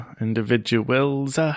individuals